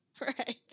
Right